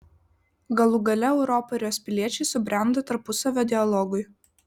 galų gale europa ir jos piliečiai subrendo tarpusavio dialogui